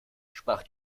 sprach